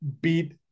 beat